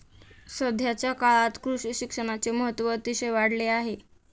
सध्याच्या काळात कृषी शिक्षणाचे महत्त्व अतिशय वाढले आहे